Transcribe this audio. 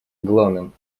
главным